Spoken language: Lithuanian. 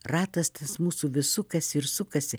ratas tas mūsų vis sukasi ir sukasi